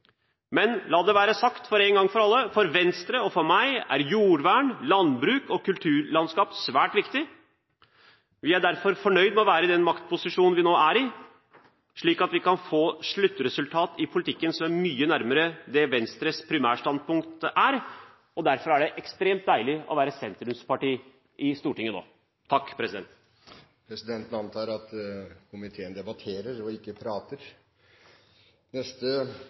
Men la det være sagt én gang for alle: For Venstre og for meg er jordvern, landbruk og kulturlandskap svært viktig. Vi er derfor fornøyd med å være i den maktposisjonen vi nå er i, slik at vi kan få et sluttresultat i politikken som er mye nærmere Venstres primærstandpunkt. Derfor er det ekstremt deilig å være sentrumsparti i Stortinget nå. Presidenten antar at komiteen debatterer, og ikke prater.